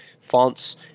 fonts